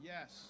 Yes